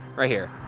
right here.